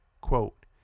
Quote